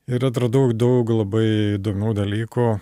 ir atradau daug labai įdomių dalykų